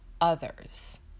others